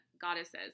goddesses